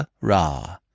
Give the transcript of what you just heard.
ra